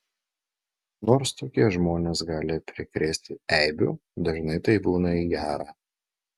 nors tokie žmonės gali prikrėsti eibių dažnai tai būna į gera